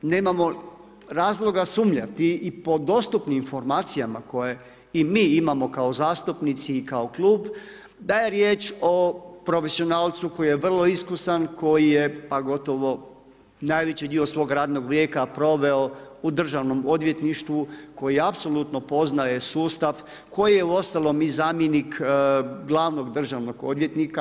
Nemamo razloga sumnjati i po dostupnim informacijama koje i mi imamo i kao zastupnici i kao klub, da je riječ o profesionalcu koji je vrlo iskusan, koji je pa gotovo, najveći dio svog radnog vijeka proveo u Državnom odvjetništvu, koji apsolutno poznaje sustav, koji je uostalom i zamjenik glavnog državnog odvjetnika.